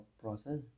process